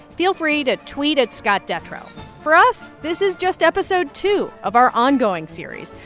feel free to tweet at scott detrow for us, this is just episode two of our ongoing series,